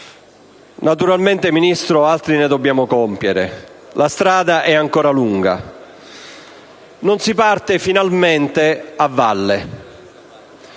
Naturalmente, signora Ministro, altri ne dobbiamo compiere, la strada è ancora lunga. Non si parte, finalmente, a valle,